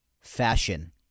fashion